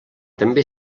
també